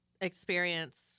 experience